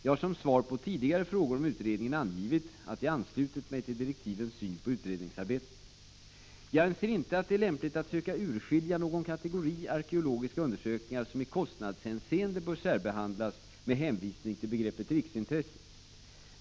Jag har som svar på tidigare frågor om utredningen angivit att jag anslutit mig till direktivens syn på utredningsarbetet. Jag anser inte att det är lämpligt att söka urskilja någon kategori arkeologiska undersökningar som i kostnadshänseende bör särbehandlas med hänvisning till begreppet riksintresse.